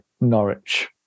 Norwich